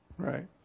Right